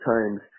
Times